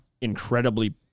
incredibly